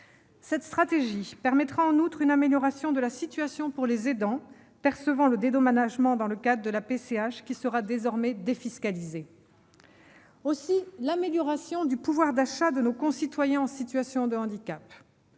proches aidants -permettra une amélioration de la situation pour les aidants percevant le dédommagement dans le cadre de la PCH, qui sera désormais défiscalisé. Je veux aussi citer l'amélioration du pouvoir d'achat de nos concitoyens en situation de handicap